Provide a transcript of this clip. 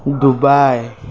Dubai